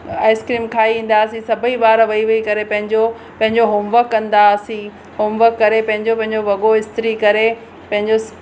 ice cream खाई ईंदा हुआसीं सभई ॿार वेही वेही करे पंहिंजो पंहिंजो होमवक कंदा हुआसीं होमवक करे पंहिंजो पंहिंजो वॻो इस्त्री करे पंहिंजो